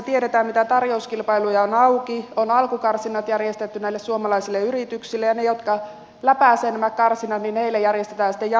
tiedetään mitä tarjouskilpailuja on auki on alkukarsinnat järjestetty näille suomalaisille yrityksille ja niille jotka läpäisevät nämä karsinnat järjestetään sitten jatkoneuvottelut